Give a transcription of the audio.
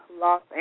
Los